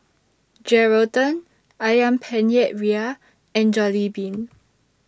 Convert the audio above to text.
Geraldton Ayam Penyet Ria and Jollibean